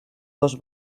dos